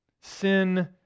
Sin